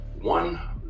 One